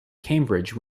cambridge